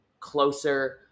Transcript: closer